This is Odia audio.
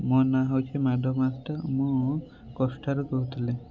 ମୋ ନାଁ ହେଉଛି ମାଧବ ମୁଁ କଷ୍ଠାରୁ କହୁଥିଲି